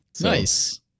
Nice